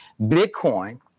Bitcoin